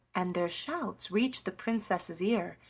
and their shouts reached the princess's ear,